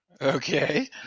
Okay